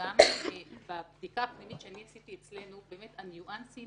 שאנשי המשרד נמצאים במשרד וזה עניינם,